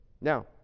Now